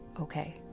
okay